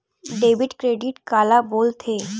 Debit credit काला बोल थे?